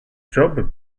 job